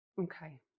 Okay